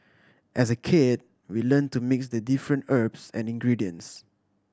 as a kid we learnt to mix the different herbs and ingredients